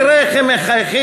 תראה איך הם מחייכים,